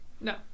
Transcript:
No